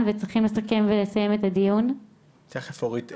שאין משהו שכתוב במפורש שהרשויות,